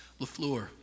Lafleur